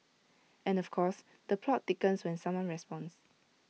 and of course the plot thickens when someone responds